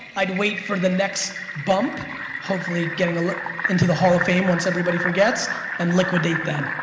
i'd wait for the next bump hopefully getting into the hall of fame once everybody forgets and liquidate then.